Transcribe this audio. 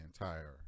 entire